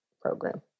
program